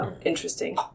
interesting